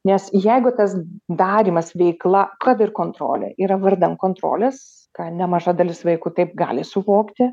nes jeigu tas darymas veikla kad ir kontrolė yra vardan kontrolės nemaža dalis vaikų taip gali suvokti